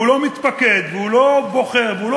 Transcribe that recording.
והוא לא מִתפקד והוא לא בוחר והוא לא